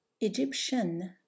Egyptian